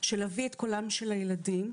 להביא את קולם של הילדים,